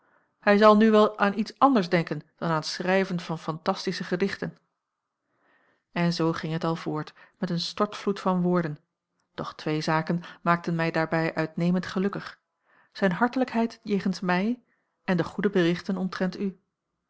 hij zal nu wel aan iets anders denken dan aan t schrijven van fantastische gedichten en zoo ging het al voort met een stortvloed van woorden doch twee zaken maakten mij daarbij uitnemend gelukkig zijn hartelijkheid jegens mij en de goede berichten omtrent u